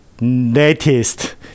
latest